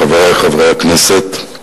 חברי חברי הכנסת,